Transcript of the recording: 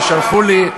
שלחו לי,